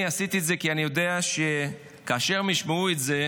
עשיתי את זה כי אני יודע שכאשר הם ישמעו את זה,